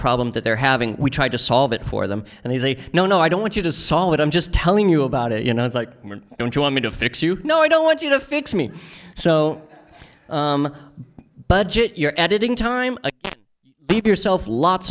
problems that they're having we tried to solve it for them and he's a no no i don't want you to solve it i'm just telling you about it you know it's like don't you want me to fix you know i don't want you to fix me so budget you're editing time yourself lots